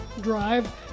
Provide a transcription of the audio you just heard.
Drive